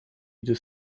idę